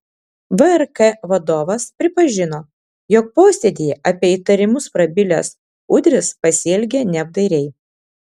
vrk vadovas pripažino jog posėdyje apie įtarimus prabilęs udris pasielgė neapdairiai